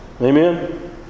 Amen